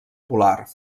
polar